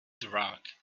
dirac